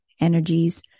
energies